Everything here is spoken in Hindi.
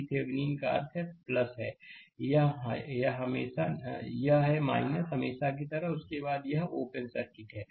VThevenin का अर्थ है यह है और यह है हमेशा की तरह और इसके बाद और यह ओपन सर्किट है